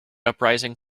uprising